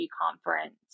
conference